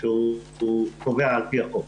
שהוא קובע על פי החוק.